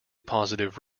positive